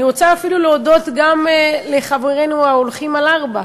אני רוצה אפילו להודות לחברינו ההולכים על ארבע,